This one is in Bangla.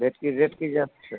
ভেটকির রেট কী যাচ্ছে